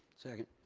second.